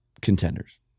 contenders